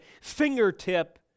fingertip